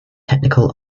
technical